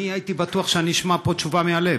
אני הייתי בטוח שאני אשמע פה תשובה מהלב,